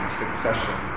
succession